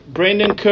Brandon